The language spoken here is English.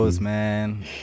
man